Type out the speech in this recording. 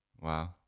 Wow